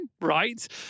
right